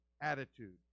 attitude